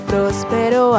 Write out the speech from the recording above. Prospero